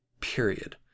Period